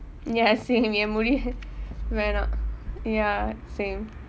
ya same என் முடி வேண்டாம்:en mudi vaendaam ya same